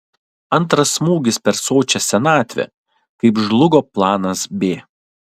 antras smūgis per sočią senatvę kaip žlugo planas b